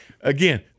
again